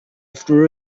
threw